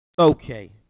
Okay